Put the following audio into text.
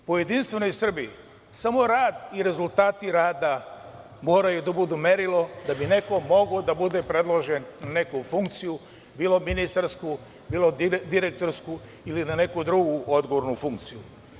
U JS samo rad i rezultati rada moraju da budu merilo da bi neko mogao da bude predložen na neku funkciju bilo ministarsku, bilo direktorsku ili na neku drugu odgovornu funkciju.